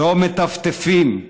לא מטפטפים,